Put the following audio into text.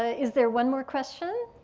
ah is there one more question